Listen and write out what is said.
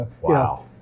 Wow